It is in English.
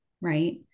Right